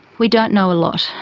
we don't know a lot.